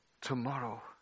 Tomorrow